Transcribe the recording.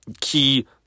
key